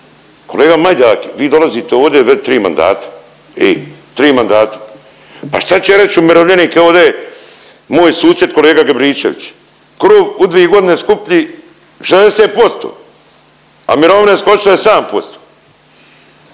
Kolega Majdak, vi dolazite ovdje već 3 mandata, vi 3 mandata, pa šta će reć umirovljenik, evo ovdje moj susjed kolega Gabričević, kruv u dvi godine skuplji 60%, a mirovine skočile 7%,